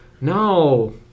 No